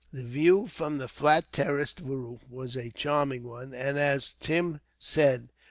the view from the flat terraced roof was a charming one, and, as tim said,